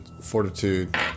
fortitude